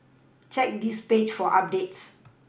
check this page for updates